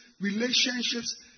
relationships